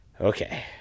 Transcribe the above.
Okay